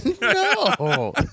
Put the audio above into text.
No